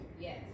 Yes